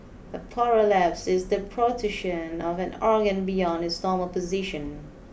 a prolapse is the protrusion of an organ beyond its normal position